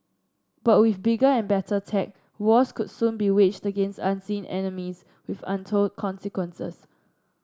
but with bigger and better tech wars could soon be waged against unseen enemies with untold consequences